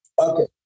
okay